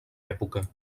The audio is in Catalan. època